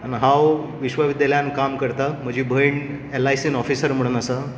हांव विश्वविद्यालयांत काम करतां म्हजी भयण एल आय सींत ऑफिसर म्हणून आसा